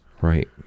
Right